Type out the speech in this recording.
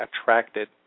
attracted